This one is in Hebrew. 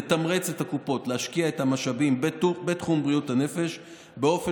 אנחנו נתמרץ את הקופות להשקיע את המשאבים בתחום בריאות הנפש באופן